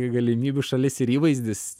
galimybių šalis ir įvaizdis